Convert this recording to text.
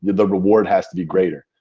the reward has to be greater.